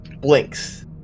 blinks